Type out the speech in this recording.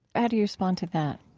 how do you respond to that?